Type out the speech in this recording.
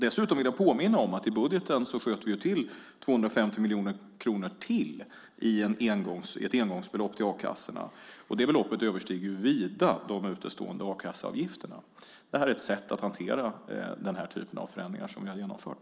Dessutom vill jag påminna om att vi i budgeten sköt till ytterligare 250 miljoner kronor i ett engångsbelopp till a-kassorna. Det beloppet överstiger ju vida de utestående a-kasseavgifterna. Det är ett sätt att hantera den typ av förändringar som vi har genomfört.